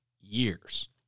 years